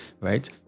right